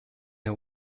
der